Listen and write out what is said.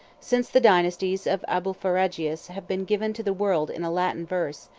since the dynasties of abulpharagius have been given to the world in a latin version,